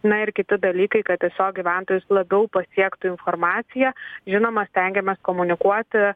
na ir kiti dalykai kad tiesiog gyventojus labiau pasiektų informacija žinoma stengiamės komunikuoti